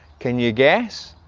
can you guess?